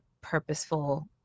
purposeful